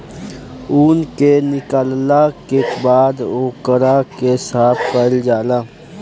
ऊन के निकालला के बाद ओकरा के साफ कईल जाला